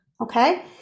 Okay